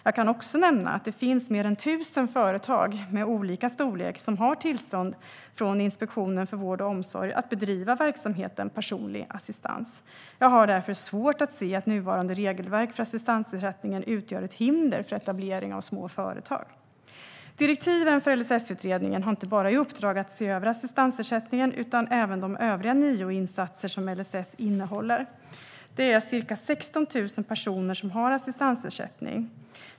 Jag kan också nämna att det finns mer än tusen företag av olika storlek som har tillstånd från Inspektionen för vård och omsorg att bedriva verksamheten personlig assistans. Jag har därför svårt att se att nuvarande regelverk för assistansersättningen utgör ett hinder för etablering av små företag. Direktiven för LSS-utredningen gäller inte bara att se över assistansersättningen utan även att se över de övriga nio insatser som LSS innehåller. Det är ca 16 000 personer som har assistansersättning.